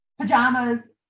pajamas